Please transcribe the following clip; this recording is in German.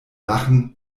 lachen